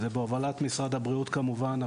ובהובלת משרד הבריאות כמובן,